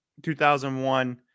2001